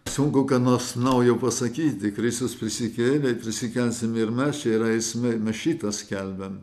sunku ką nors naujo pasakyti kristus prisikėlė prisikelsim ir mes čia yra esmė mes šitą skelbiam